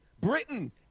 Britain